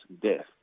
death